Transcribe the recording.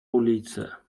ulice